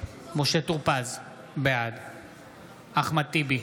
משה טור פז, בעד אחמד טיבי,